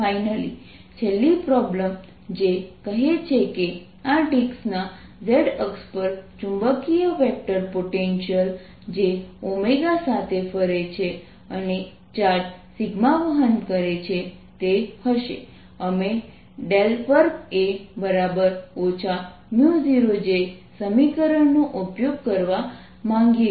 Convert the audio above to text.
finally છેલ્લી problem જે કહે છે કે આ ડિસ્કના z અક્ષ પર ચુંબકીય વેક્ટર પોટેન્શિયલ જે સાથે ફરે છે અને ચાર્જ વહન કરે છે તે હશે અમે 2A 0J સમીકરણનો ઉપયોગ કરવા માગીએ છીએ